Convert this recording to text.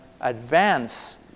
advance